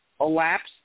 elapsed